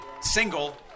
single